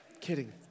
Kidding